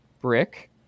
Brick